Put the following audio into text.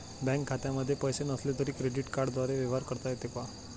Bank खात्यामध्ये पैसे नसले तरी क्रेडिट कार्डद्वारे व्यवहार करता येतो का?